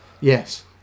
yes